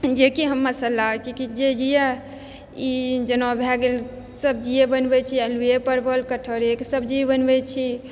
जेकि हम मसाला जे जे यऽ ई जेना भए गेल सब्जीये बनबै छी आलूवे परवल कटहरे के सब्जी बनबै छी